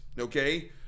Okay